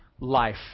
life